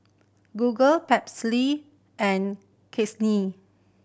Google and